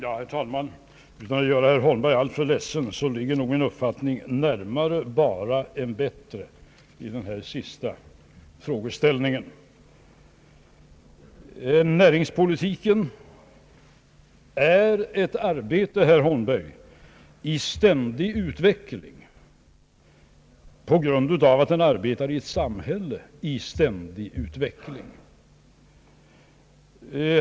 Herr talman! Utan att vilja göra herr Holmberg alltför ledsen vill jag framhålla att min uppfattning nog ligger närmare »bara» än »bättre» i den sista frågeställningen. Näringspolitiken är ett arbete, herr Holmberg, i ständig utveckling på grund av att den arbetar i ett samhälle i ständig utveckling.